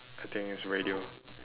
I think it's radio